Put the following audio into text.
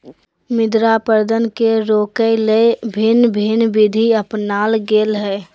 मृदा अपरदन के रोकय ले भिन्न भिन्न विधि अपनाल गेल हइ